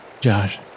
Josh